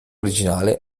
originale